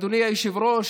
אדוני היושב-ראש,